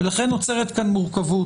ולכן נוצרת כאן מורכבות.